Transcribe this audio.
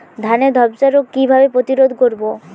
ধানে ধ্বসা রোগ কিভাবে প্রতিরোধ করব?